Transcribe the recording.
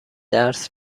درس